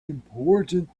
important